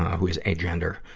who is agender.